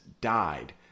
died